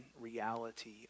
reality